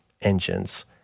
engines